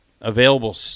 available